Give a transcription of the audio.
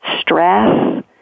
stress